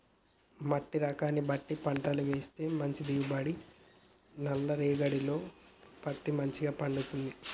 మట్టి రకాన్ని బట్టి పంటలు వేస్తేనే మంచి దిగుబడి, నల్ల రేగఢీలో పత్తి మంచిగ పండుతది